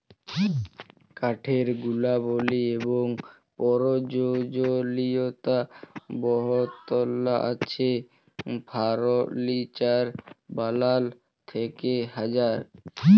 কাঠের গুলাবলি এবং পরয়োজলীয়তা বহুতলা আছে ফারলিচার বালাল থ্যাকে জাহাজ